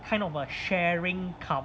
kind of a sharing cum